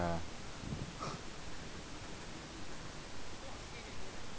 ya